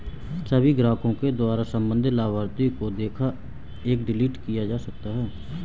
सभी ग्राहकों के द्वारा सम्बन्धित लाभार्थी को देखा एवं डिलीट किया जा सकता है